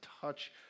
touch